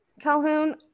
Calhoun